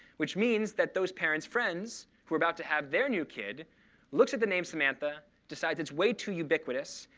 which means that those parents' friends who are about to have their new kid looks at the name samantha, decides it's way too ubiquitous,